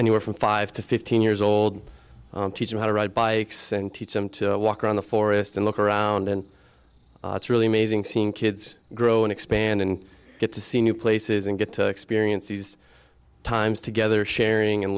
anywhere from five to fifteen years old teach them how to ride bikes and teach them to walk around the forest and look around and it's really amazing scene kids grow and expand and get to see new places and get to experience these times together